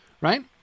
right